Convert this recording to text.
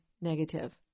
negative